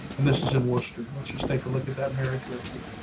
and this is a minister, let's just take a look at that marriage record.